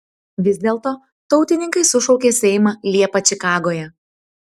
vis dėlto tautininkai sušaukė seimą liepą čikagoje